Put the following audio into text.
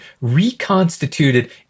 reconstituted